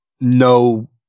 no